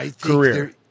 career